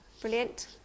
Brilliant